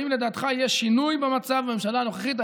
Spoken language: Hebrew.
האם לדעתך יהיה שינוי במצב בממשלה הנוכחית?